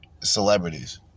celebrities